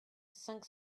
cinq